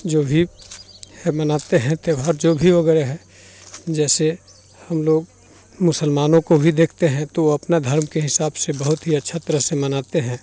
जो भी है मनाते हैं त्योहार जो भी वगैरह है जैसे हम लोग मुसलमानों को भी देखते हैं तो वो अपना धर्म के हिसाब से बहुत ही अच्छा तरह से मनाते हैं